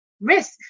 risk